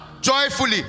Joyfully